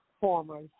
former